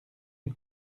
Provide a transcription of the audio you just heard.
une